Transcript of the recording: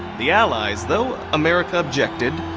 the allies, though america objected,